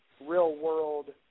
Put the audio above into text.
real-world